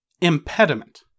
Impediment